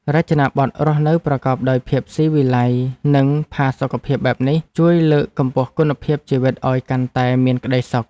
រចនាបថរស់នៅប្រកបដោយភាពស៊ីវិល័យនិងផាសុកភាពបែបនេះជួយលើកកម្ពស់គុណភាពជីវិតឱ្យកាន់តែមានក្តីសុខ។